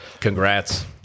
Congrats